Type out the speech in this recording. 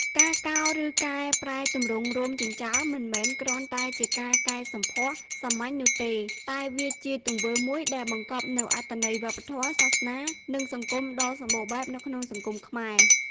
ការកោរ ឬកែប្រែទម្រង់រោមចិញ្ចើម មិនមែនគ្រាន់តែជាការកែសម្ផស្សសាមញ្ញនោះទេ តែវាជាទង្វើមួយដែលបង្កប់នូវអត្ថន័យវប្បធម៌ សាសនា និងសង្គមដ៏សម្បូរបែបនៅក្នុងសង្គមខ្មែរ។